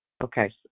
Okay